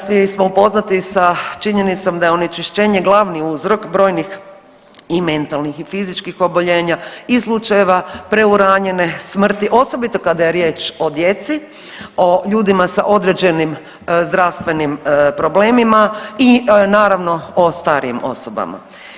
Svi smo upoznati sa činjenicom da je onečišćenje glavni uzrok brojnih i mentalnih i fizičkih oboljenja i slučajeva preuranjene smrti, osobito kada je riječ o djeci o ljudima sa određenim zdravstvenim problemima i naravno o starijim osobama.